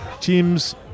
teams